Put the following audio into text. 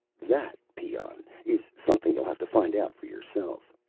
that, peon, is something you'll have to find out for yourself.